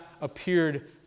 appeared